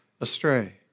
astray